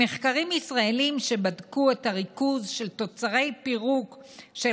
ממחקרים ישראליים שבדקו את הריכוז של תוצרי פירוק של